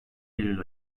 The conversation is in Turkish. eylül